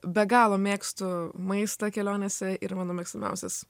be galo mėgstu maistą kelionėse ir mano mėgstamiausias